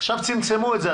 עכשיו צמצמו את זה,